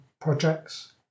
projects